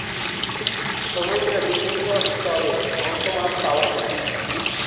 সমুদ্রের বিভিন্ন স্তরে হিংস্র মাছ পাওয়া যায়